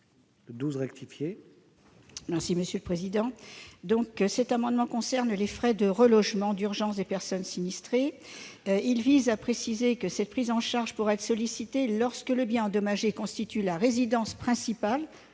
n° 12 rectifié. Cet amendement concerne les frais de relogement d'urgence des personnes sinistrées. Il vise à préciser que cette prise en charge pourra être sollicitée lorsque le bien endommagé constitue la résidence principale